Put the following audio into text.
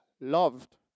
loved